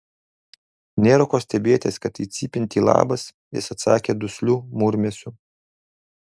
nėra ko stebėtis kad į cypiantį labas jis atsakė dusliu murmesiu